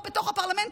פה בתוך הפרלמנט,